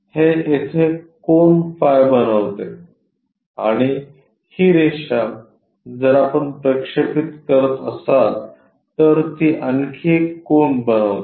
हे येथे कोन फाय बनवते आणि ही रेषा जर आपण प्रक्षेपित करत असाल तर ती आणखी एक कोन बनवते